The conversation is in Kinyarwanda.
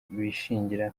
bishingira